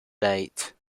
date